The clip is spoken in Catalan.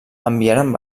enviaren